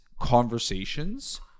conversations